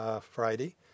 Friday